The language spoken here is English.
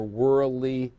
worldly